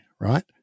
right